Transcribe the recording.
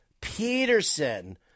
Peterson